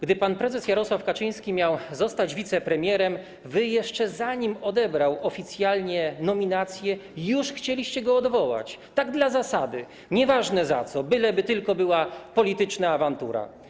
Gdy pan prezes Jarosław Kaczyński miał zostać wicepremierem, jeszcze zanim odebrał oficjalnie nominację, wy już chcieliście go odwołać, tak dla zasady, nieważne za co, byle by tylko była polityczna awantura.